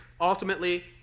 ultimately